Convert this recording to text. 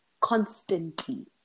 constantly